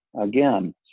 Again